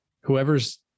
whoever's